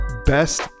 best